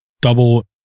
double